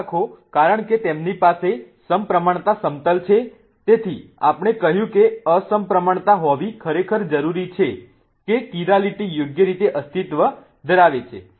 યાદ રાખો કારણ કે તેમની પાસે સમપ્રમાણતા સમતલ છે તેથી આપણે કહ્યું હતું કે અસમપ્રમાણતા હોવી ખરેખર જરૂરી છે કે કિરાલિટી યોગ્ય રીતે અસ્તિત્વ ધરાવે છે